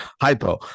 hypo